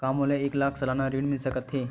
का मोला एक लाख सालाना ऋण मिल सकथे?